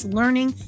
learning